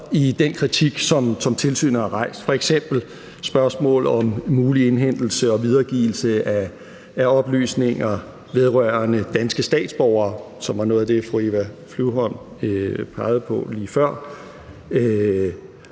i den kritik, som tilsynet har rejst – f.eks. spørgsmålet om mulig indhentelse og videregivelse af oplysninger vedrørende danske statsborgere, som var noget af det, fru Eva Flyvholm pegede på lige før;